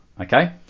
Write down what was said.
okay